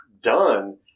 done